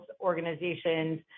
organizations